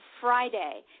Friday